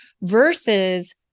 versus